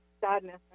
sadness